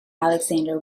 alexander